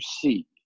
see